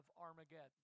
Armageddon